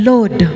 Lord